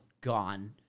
gone